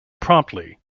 promptly